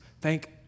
thank